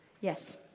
Yes